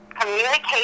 Communication